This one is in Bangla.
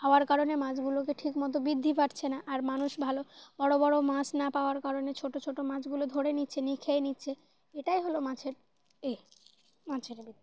খাওয়ার কারণে মাছগুলোকে ঠিকমতো বৃদ্ধি পাচ্ছে না আর মানুষ ভালো বড়ো বড়ো মাছ না পাওয়ার কারণে ছোটো ছোটো মাছগুলো ধরে নিচ্ছে নিয়ে খেয়ে নিচ্ছে এটাই হলো মাছের এ মাছের ব